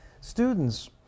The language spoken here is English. students